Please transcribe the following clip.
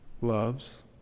loves